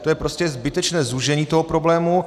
To je prostě zbytečné zúžení toho problému.